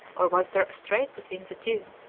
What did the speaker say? or was there a strait between the two?